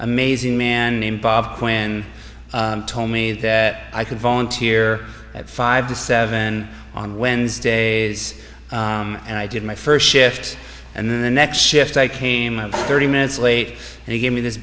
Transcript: amazing man named bob quinn told me that i could volunteer at five to seven on wednesdays and i did my first shift and then the next shift i came thirty minutes late and he gave me this